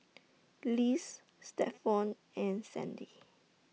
Lise Stephon and Sandy